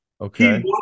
Okay